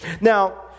Now